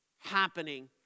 happening